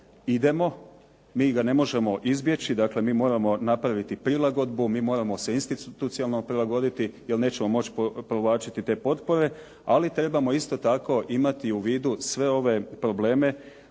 idemo. Mi ga ne možemo izbjeći, dakle mi moramo napraviti prilagodbu, mi moramo se institucionalno prilagoditi jer nećemo moći provlačiti te potpore. Ali trebamo isto tako imati u vidu sve ove problem